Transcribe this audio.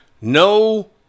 no